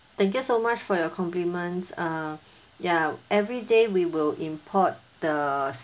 thank you so much for your compliments err ya everyday we will import the